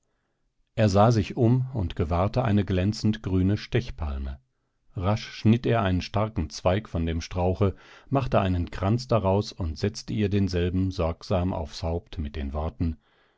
er sah sich um und gewahrte eine glänzend grüne stechpalme rasch schnitt er einen starken zweig von dem strauche machte einen kranz daraus und setzte ihr denselben sorgsam aufs haupt mit den worten